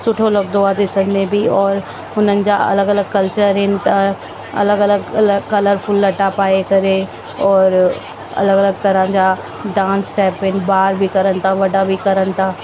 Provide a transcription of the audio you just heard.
सुठो लगंदो आहे ॾिसण में बि और उन्हनि जा अलॻि अलॻि कल्चर आहिनि त अलॻि अलॻि कलरफुल लट्टा पाए करे और अलॻि अलॻि तरहं जा डांस स्टेप आहिनि ॿार बि करन था वॾा बि करन था